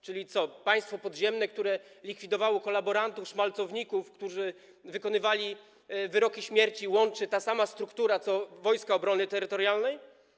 Czyli co, państwo podziemne, które likwidowało kolaborantów, szmalcowników, które wykonywało wyroki śmierci, łączy ta sama struktura z Wojskami Obrony Terytorialnej?